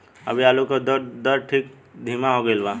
अभी आलू के उद्भव दर ढेर धीमा हो गईल बा